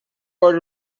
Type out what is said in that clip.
part